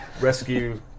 Rescue